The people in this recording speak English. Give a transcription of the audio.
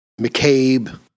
McCabe